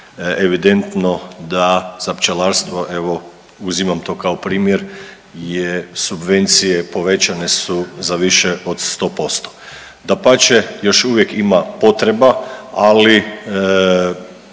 evidentno da za pčelarstvo, evo uzimam to kao primjer, je subvencije povećane su za više od 100%. Dapače, još uvijek ima potreba, ali